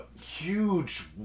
huge